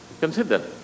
Consider